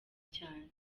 cyane